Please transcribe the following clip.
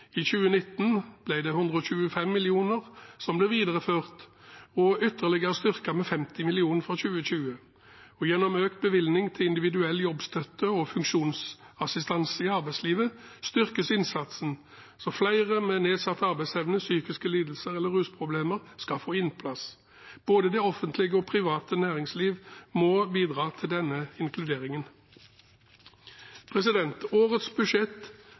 I 2019 ble det 125 mill. kr, som blir videreført og ytterligere styrket med 50 mill. kr fra 2020, og gjennom økt bevilgning til individuell jobbstøtte og funksjonsassistanse i arbeidslivet styrkes innsatsen, slik at flere med nedsatt arbeidsevne, psykiske lidelser eller rusproblemer skal få innpass. Både det offentlige og det private næringsliv må bidra til denne inkluderingen. Årets budsjett